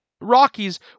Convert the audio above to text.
Rockies